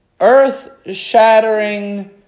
earth-shattering